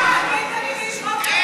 סליחה, השר בנט, ביטן הגיש חוק להגבלת העמלה.